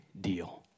deal